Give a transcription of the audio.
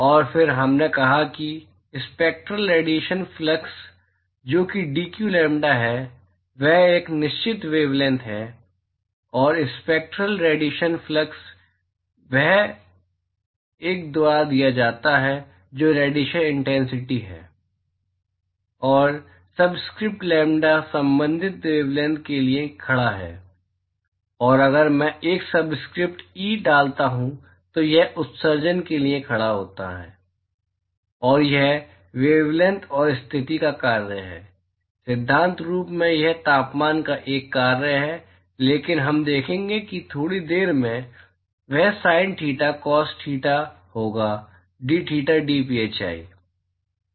और फिर हमने कहा कि स्पैक्टरल रेडिएशन फ्लक्स जो कि dq लैम्ब्डा है वह एक निश्चित वेवलैंथ है और स्पैक्टरल रेडिएशन फ्लक्स वह I द्वारा दिया जाता है जो रेडिएशन इनटेंसिटी है और सबस्क्रिप्ट लैम्ब्डा संबंधित वेवलैंथ के लिए खड़ा है और अगर मैं एक सबस्क्रिप्ट ई डालता हूं तो यह उत्सर्जन के लिए खड़ा होता है और यह वेवलैंथ और स्थिति का कार्य है सिद्धांत रूप में यह तापमान का एक कार्य है लेकिन हम देखेंगे कि थोड़ी देर में वह साइन थीटा कोस थीटा होगा दथेटा डीएफआई